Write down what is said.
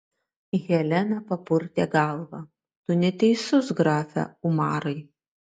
helena papurtė galvą tu neteisus grafe umarai